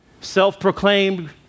Self-proclaimed